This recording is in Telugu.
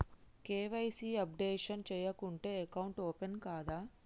కే.వై.సీ అప్డేషన్ చేయకుంటే అకౌంట్ ఓపెన్ కాదా?